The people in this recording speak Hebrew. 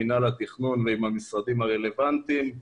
עם מינהל התכנון ועם המשרדים הרלוונטיים.